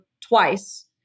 twice